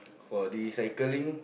for recycling